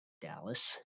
Dallas